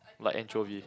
like anchovies